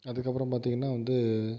அதுக்கப்புறம் பார்த்திங்கனா வந்து